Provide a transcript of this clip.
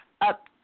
up